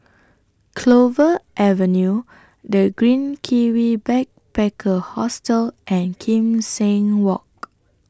Clover Avenue The Green Kiwi Backpacker Hostel and Kim Seng Walk